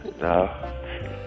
No